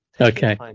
Okay